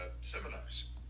seminars